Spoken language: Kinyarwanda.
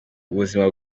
ubuzima